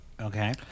Okay